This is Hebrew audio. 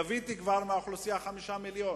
כבר גביתי מהאוכלוסייה 5 מיליונים.